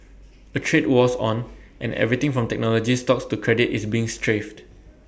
A trade war's on and everything from technology stocks to credit is being strafed